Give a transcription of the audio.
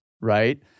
right